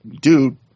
dude